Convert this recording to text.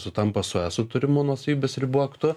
sutampa su eso turimu nuosavybės ribų aktu